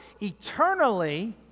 eternally